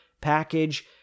package